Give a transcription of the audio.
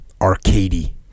Arcady